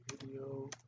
video